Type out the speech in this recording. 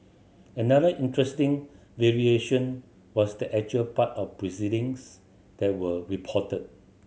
another interesting variation was the actual part of proceedings that were reported